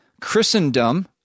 Christendom